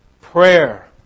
Prayer